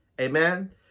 Amen